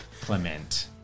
Clement